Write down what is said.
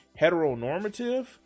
heteronormative